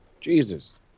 Jesus